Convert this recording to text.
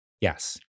Yes